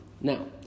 Now